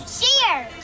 Cheers